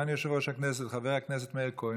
סגן יושב-ראש הכנסת חבר הכנסת מאיר כהן,